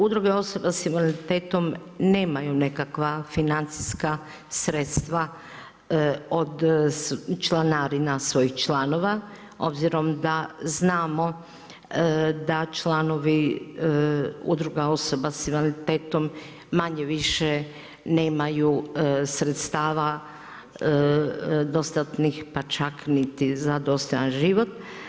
Udruge osoba sa invaliditetom nemaju nekakva financijska sredstva od članarina svojih članova obzirom da znamo da članovi udruga osoba sa invaliditetom manje-više nemaju sredstava dostatnih pa čak niti za dostojan život.